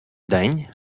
день